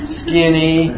skinny